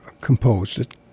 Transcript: composed